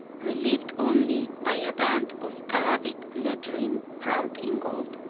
relieved only by a band of arabic lettering wrought in gold.